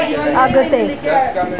अॻिते